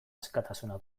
askatasuna